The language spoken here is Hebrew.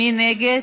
מי נגד?